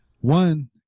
one